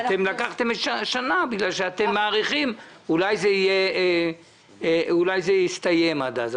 ביקשתם שנה כי אתם מעריכים שזה יסתיים עד אז,